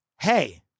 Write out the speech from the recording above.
Hey